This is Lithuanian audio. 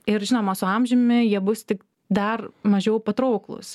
ir žinoma su amžiumi jie bus tik dar mažiau patrauklūs